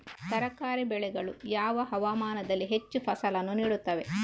ತರಕಾರಿ ಬೆಳೆಗಳು ಯಾವ ಹವಾಮಾನದಲ್ಲಿ ಹೆಚ್ಚು ಫಸಲನ್ನು ನೀಡುತ್ತವೆ?